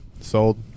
Sold